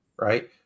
right